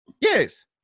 Yes